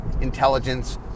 intelligence